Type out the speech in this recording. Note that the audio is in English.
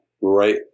Right